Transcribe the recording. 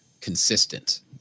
consistent